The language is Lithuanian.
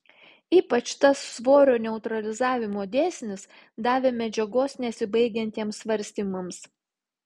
ypač tas svorio neutralizavimo dėsnis davė medžiagos nesibaigiantiems svarstymams